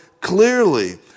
clearly